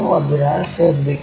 അതിനാൽ ശ്രദ്ധിക്കണം